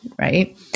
right